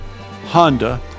Honda